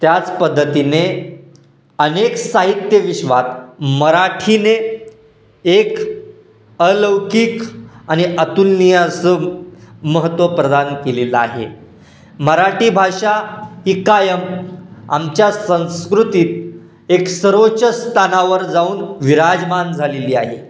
त्याच पद्धतीने अनेक साहित्य विश्वात मराठीने एक अलौकिक आणि अतुलनीय असं महत्त्व प्रदान केलेलं आहे मराठी भाषा ही कायम आमच्या संस्कृतीत एक सर्वोच्च स्थानावर जाऊन विराजमान झालेली आहे